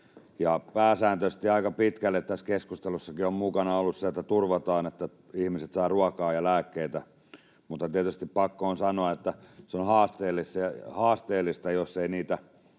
pääsääntöisesti aika pitkälle tässä keskustelussakin on mukana ollut se, että turvataan, että ihmiset saavat ruokaa ja lääkkeitä, mutta tietysti pakko on sanoa, että on haasteellista, jos ei niitä